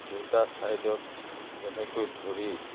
দুটা ছাইডত যেনেকৈ ধৰি